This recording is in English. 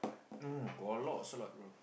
no got a lot also lot bro